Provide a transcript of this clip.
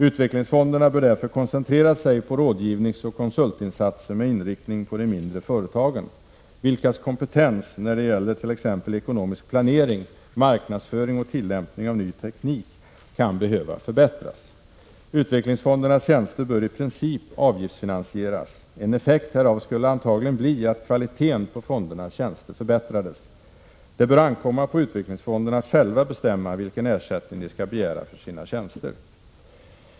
Utvecklingsfonderna bör därför koncentrera sig på rådgivningsoch konsultinsatser med inriktning på de mindre företagen, vilkas kompetens när det gäller t.ex. ekonomisk planering, marknadsföring och tillämpning av ny teknik kan behöva förbättras. Utvecklingsfondernas tjänster bör i princip avgiftsfinansieras. En effekt härav skulle antagligen bli att kvaliteten på fondernas tjänster förbättrades. Det bör ankomma på utvecklingsfonderna att själva bestämma vilken ersättning de skall begära för sina tjänster.